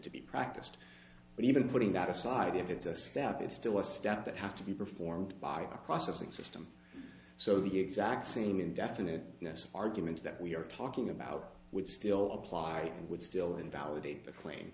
to be practiced but even putting that aside if it's a step it's still a step that has to be performed by a process and system so the exact same indefinite arguments that we are talking about would still apply and would still invalidate the cla